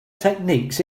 techniques